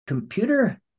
computer